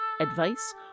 advice